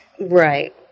Right